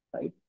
right